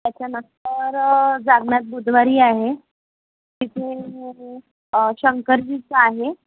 त्याच्यानंतर जालन्यात बुदवारी आहे तिथून शंकरजीचं आहे